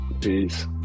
peace